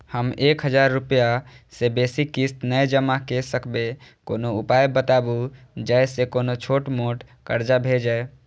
हम एक हजार रूपया से बेसी किस्त नय जमा के सकबे कोनो उपाय बताबु जै से कोनो छोट मोट कर्जा भे जै?